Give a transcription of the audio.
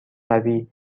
قوی